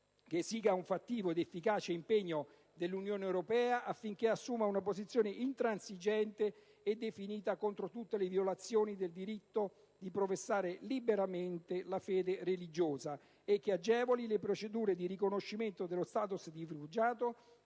che esiga un fattivo ed efficace impegno dell'Unione europea affinché assuma una posizione intransigente e definita contro tutte le violazioni del diritto di professare liberamente la fede religiosa e che agevoli le procedure di riconoscimento dello *status* di rifugiato